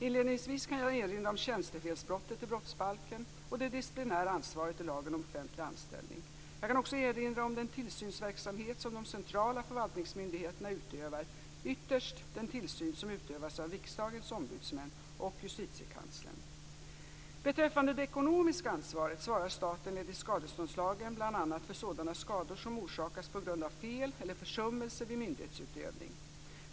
Inledningsvis kan jag erinra om tjänstefelsbrottet i brottsbalken och det disciplinära ansvaret i lagen om offentlig anställning. Jag kan också erinra om den tillsynsverksamhet som de centrala förvaltningsmyndigheterna utövar, ytterst den tillsyn som utövas av Riksdagens ombudsmän och Beträffande det ekonomiska ansvaret svarar staten enligt skadeståndslagen bl.a. för sådana skador som orsakas av fel eller försummelse vid myndighetsutövning.